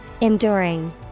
Enduring